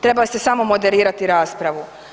Trebali ste samo moderirati raspravu.